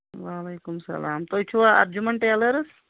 وعلیکُم سَلام تُہۍ چھُوا اَرجُمَن ٹیلٔرٕز